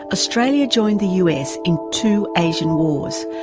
australia joined the us in two asian wars,